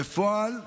בפועל,